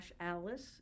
Alice